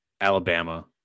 Alabama